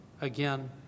again